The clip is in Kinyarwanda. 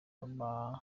abakobwa